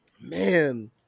Man